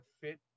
fit